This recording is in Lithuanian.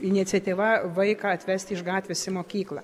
iniciatyva vaiką atvesti iš gatvės į mokyklą